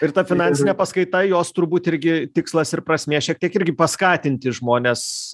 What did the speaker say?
ir ta finansinė paskaita jos turbūt irgi tikslas ir prasmė šiek tiek irgi paskatinti žmones